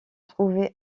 trouver